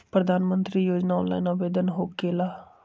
प्रधानमंत्री योजना ऑनलाइन आवेदन होकेला?